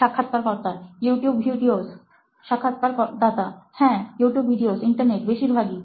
সাক্ষাৎকারকর্তা YouTube videos সাক্ষাৎকারদাতা হ্যাঁ ইউটিউব ভিডিও ইন্টারনেট বেশির ভাগই